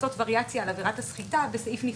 לעשות וריאציה על עבירת הסחיטה בסעיף נפרד.